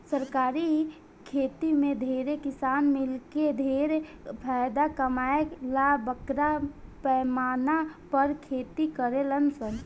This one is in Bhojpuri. सरकारी खेती में ढेरे किसान मिलके ढेर फायदा कमाए ला बरका पैमाना पर खेती करेलन सन